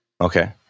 Okay